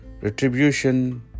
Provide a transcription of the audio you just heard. retribution